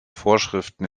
vorschriften